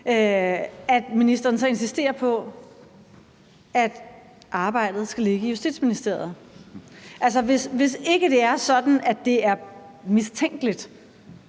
at ministeren så insisterer på, at arbejdet skal ligge i Justitsministeriet. Altså, hvis ikke det er sådan, at det er mistænkeligt,